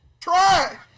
Try